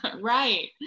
right